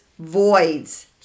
Voids